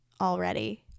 already